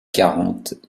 quarante